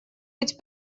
быть